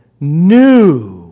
new